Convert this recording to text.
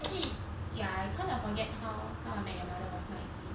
actually ya I can't I forget how how I met your mother was not uni